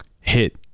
hit